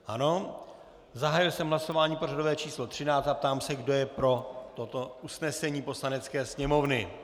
Ano, zahájil jsem hlasování pořadové číslo 13 a ptám se, kdo je pro toto usnesení Poslanecké sněmovny.